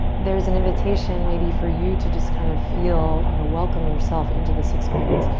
there is an invitation maybe for you to just kind of feel, you know, welcome yourself into this experience,